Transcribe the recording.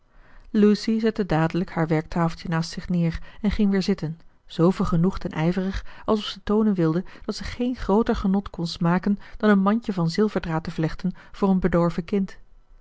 lucy zette dadelijk haar werktafeltje naast zich neer en ging weer zitten zoo vergenoegd en ijverig alsof ze toonen wilde dat ze geen grooter genot kon smaken dan een mandje van zilverdraad te vlechten voor een bedorven kind